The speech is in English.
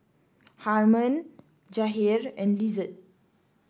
Harmon Jahir and Lizette